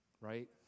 right